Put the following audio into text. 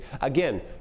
Again